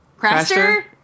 Craster